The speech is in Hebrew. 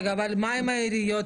אבל מה עם העיריות?